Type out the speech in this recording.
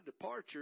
departure